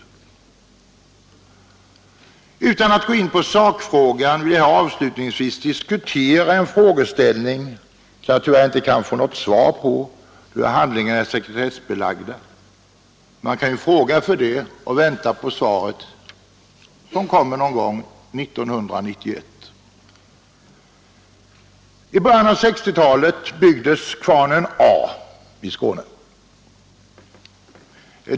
Utan att gå in på sakfrågan vill jag avslutningsvis diskutera en frågeställning som jag tror att jag inte kan få något svar på då handlingarna är sekretessbelagda. Men man kan väl trots det fråga och vänta på svaret, som väl kommer någon gång 1991. I början av 1960-talet byggdes kvarnen A i Skåne.